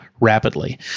rapidly